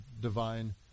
divine